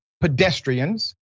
pedestrians